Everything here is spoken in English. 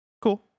cool